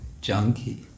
junkie